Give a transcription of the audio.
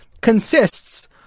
Consists